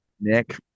Nick